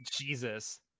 Jesus